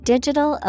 Digital